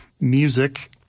music